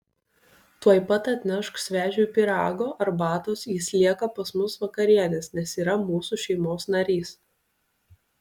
tuoj pat atnešk svečiui pyrago arbatos jis lieka pas mus vakarienės nes yra mūsų šeimos narys